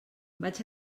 vaig